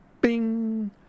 Bing